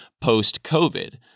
post-COVID